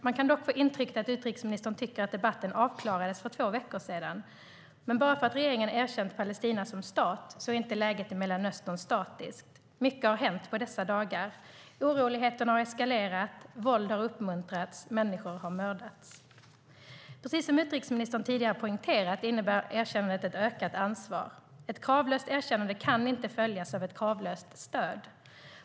Man kan dock få intrycket att utrikesministern tycker att debatten avklarades för två veckor sedan, men bara för att regeringen har erkänt Palestina som stat är läget i Mellanöstern inte statiskt. Mycket har hänt under dessa dagar - oroligheterna har eskalerat, våld har uppmuntrats och människor har mördats. Precis som utrikesministern tidigare har poängterat innebär erkännandet ett ökat ansvar. Ett kravlöst erkännande kan inte följas av ett kravlöst stöd.